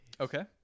Okay